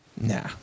Nah